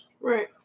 right